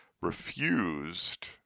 refused